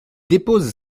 dépose